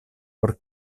por